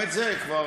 גם את זה כבר,